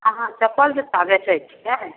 अहाँ चप्पल जुत्ता बेचै छिए